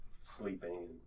sleeping